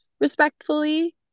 respectfully